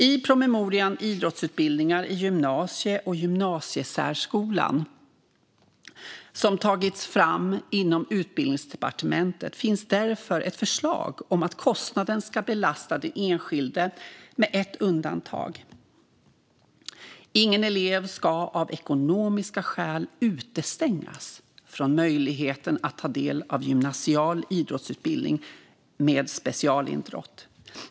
I promemorian Idrottsutbildningar i gymnasie och gymnasiesärskolan , som har tagits fram inom Utbildningsdepartementet, finns därför ett förslag om att kostnaderna ska belasta den enskilde - med ett undantag. Ingen elev ska av ekonomiska skäl utestängas från möjligheten att ta del av gymnasial idrottsutbildning med specialidrott.